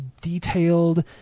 detailed